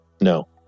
no